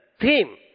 theme